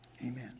Amen